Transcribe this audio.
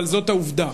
אבל זאת העובדה,